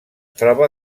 troba